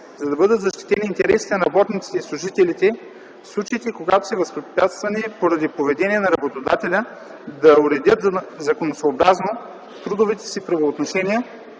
за да бъдат защитени интересите на работниците и служителите в случаите, когато са възпрепятствани поради поведението на работодателите да уредят законосъобразно трудовите си правоотношения